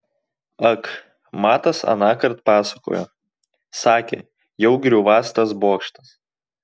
ak matas anąkart pasakojo sakė jau griūvąs tas bokštas